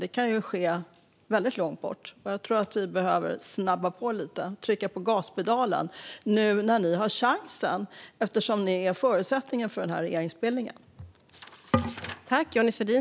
Det kan ske väldigt långt bort. Vi behöver snabba på lite och trycka på gaspedalen. Det kan ni göra nu när ni har chansen, eftersom ni är förutsättningen för regeringsbildningen.